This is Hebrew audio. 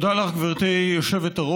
תודה לך, גברתי היושבת-ראש.